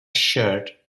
shirt